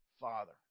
Father